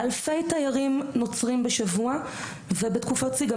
אלפי תיירים נוצרים מטיילים שם ובתקופות שיא,